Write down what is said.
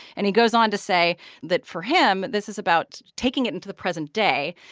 and he goes on to say that, for him, this is about, taking it into the present day,